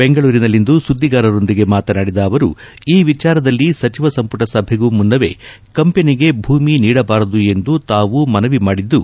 ಬೆಂಗಳೂರಿನಲ್ಲಿಂದು ಸುದ್ದಿಗಾರರೊಂದಿಗೆ ಮಾತನಾಡಿದ ಅವರು ಈ ವಿಚಾರದಲ್ಲಿ ಸಚಿವ ಸಂಪುಟ ಸಭೆಗೂ ಮುನ್ನವೇ ಕಂಪನಿಗೆ ಭೂಮಿ ನೀಡಬಾರದು ಎಂದು ತಾವು ಮನವಿ ಮಾಡಿದ್ದು